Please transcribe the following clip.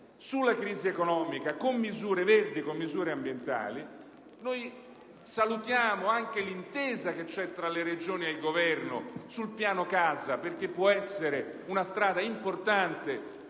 sulla crisi economica con misure ambientali. Noi salutiamo anche l'intesa che c'è tra le Regioni e il Governo sul piano casa perché può essere una strada importante